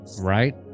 Right